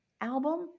album